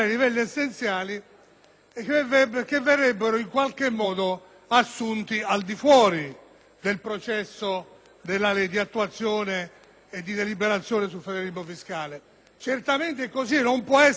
invece verrebbero in qualche modo assunti al di fuori del processo di attuazione e di deliberazione sul federalismo fiscale. Certamente è così e non può essere che così,